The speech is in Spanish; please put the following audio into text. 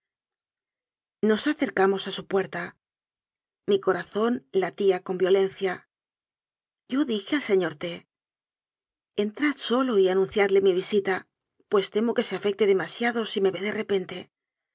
nos acercamos a su puerta mi corazón latía con violencia yo dije al señor t entrad solo y anunciadle mi visita pues temo que se afecte de masiado si me ve de repente